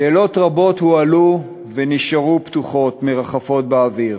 שאלות רבות הועלו ונשארו פתוחות, מרחפות באוויר: